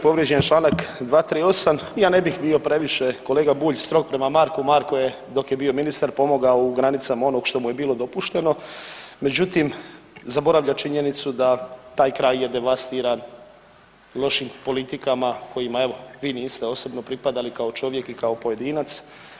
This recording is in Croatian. Povrijeđen je čl. 238. ja ne bih bio previše kolega Bulj strog prema Marku, Marko je dok je bio ministar pomogao u granicama onog što mu je bilo dopušteno, međutim zaboravlja činjenicu da taj kraj je devastiran lošim politikama kojima evo vi niste osobno pripadali kao čovjek i kao pojedinac.